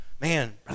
Man